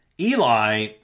eli